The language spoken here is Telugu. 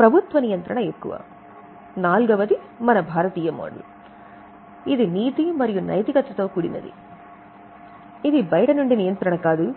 మరింత సరళంగా నడుస్తుంది నాల్గవది మనం చర్చించేది భారతీయ మోడల్ ఇది నీతి మరియు నైతికతతో కూడినది ఇది బయటి నుండి నియంత్రణ కాదు